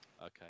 Okay